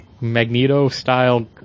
Magneto-style